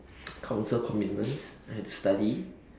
council commitments I had to study